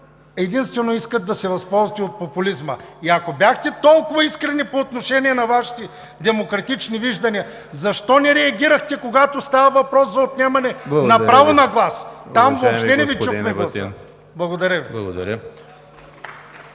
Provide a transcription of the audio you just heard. единствено искате да се възползвате от популизма. И ако бяхте толкова искрени по отношение на Вашите демократични виждания, защо не реагирахте, когато става въпрос за отнемане на право на глас? ПРЕДСЕДАТЕЛ ЕМИЛ ХРИСТОВ: Благодаря Ви,